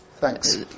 Thanks